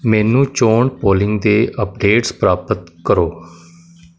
ਮੈਨੂੰ ਚੋਣ ਪੋਲਿੰਗ ਦੇ ਅਪਡੇਟਸ ਪ੍ਰਾਪਤ ਕਰੋ